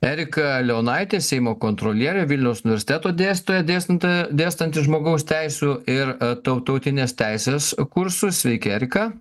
erika leonaitė seimo kontrolierė vilniaus universiteto dėstytoja dėstanti dėstanti žmogaus teisių ir tarptautinės teisės kursus sveiki erika